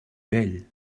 vell